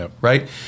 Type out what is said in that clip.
Right